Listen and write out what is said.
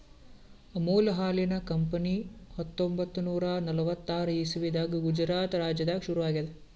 ಅಮುಲ್ ಹಾಲಿನ್ ಕಂಪನಿ ಹತ್ತೊಂಬತ್ತ್ ನೂರಾ ನಲ್ವತ್ತಾರ್ ಇಸವಿದಾಗ್ ಗುಜರಾತ್ ರಾಜ್ಯದಾಗ್ ಶುರು ಆಗ್ಯಾದ್